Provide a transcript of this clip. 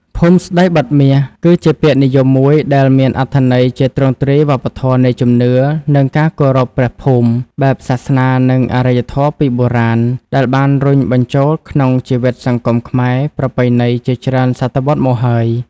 ភូមិស្តីបិទមាស គឺជាពាក្យនិយមមួយដែលមានអត្ថន័យជាទ្រង់ទ្រាយវប្បធម៌នៃជំនឿ និងការគោរពព្រះភូមិ បែបសាសនានិងអរិយធម៌ពីបុរាណ ដែលបានរុញបញ្ចូលក្នុងជីវិតសង្គមខ្មែរប្រពៃណីជាច្រើនសតវត្សរ៍មកហើយ។